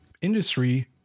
industry